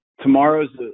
tomorrow's